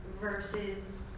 versus